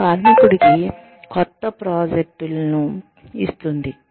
ఇది కార్మికుడికి కొత్త ప్రాజెక్టులను ఇస్తుంది